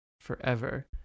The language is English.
forever